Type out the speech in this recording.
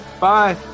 Bye